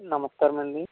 నమస్కారం అండి